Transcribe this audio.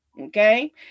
Okay